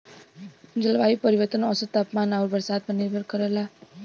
जलवायु परिवर्तन औसत तापमान आउर बरसात पर निर्भर करला